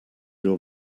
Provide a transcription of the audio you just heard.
your